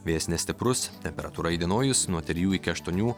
vėjas nestiprus temperatūra įdienojus nuo trijų iki aštuonių